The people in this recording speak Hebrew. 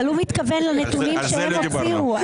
אבל הוא מתכוון לנתונים שהם הוציאו.